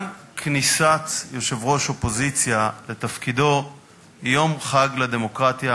גם כניסת יושב-ראש אופוזיציה לתפקידו היא יום חג לדמוקרטיה,